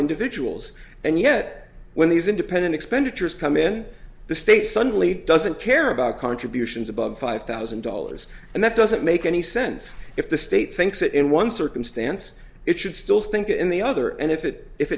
individuals and yet when these independent expenditures come in the state suddenly doesn't care about contributions above five thousand dollars and that doesn't make any sense if the state thinks that in one circumstance it should still think in the other and if it if